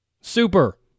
super